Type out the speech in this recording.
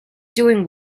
doing